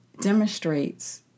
demonstrates